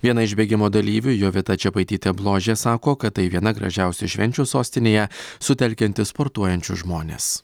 viena iš bėgimo dalyvių jovita čepaitytė bložė sako kad tai viena gražiausių švenčių sostinėje sutelkianti sportuojančius žmones